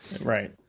Right